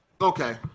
Okay